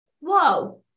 Whoa